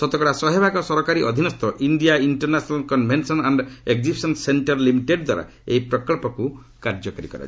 ଶତକଡ଼ା ଶହେଭାଗ ସରକାରୀ ଅଧୀନସ୍ଥ India International Convention and Exhibition Centre Limited ଦ୍ୱାରା ଏହି ପ୍ରକଳ୍ପକୁ କାର୍ଯ୍ୟକାରୀ କରାଯାଉଛି